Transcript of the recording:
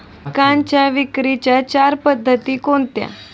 पिकांच्या विक्रीच्या चार पद्धती कोणत्या?